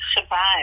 survive